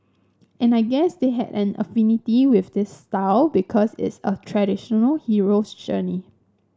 and I guess they had an affinity with this style because it's a traditional hero's journey